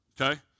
okay